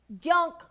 junk